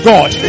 God